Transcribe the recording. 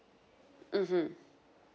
mmhmm